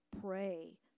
Pray